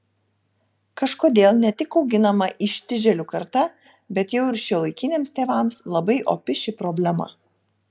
kažkodėl ne tik auginama ištižėlių karta bet jau ir šiuolaikiniams tėvams labai opi ši problema